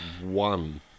one